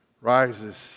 rises